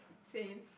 same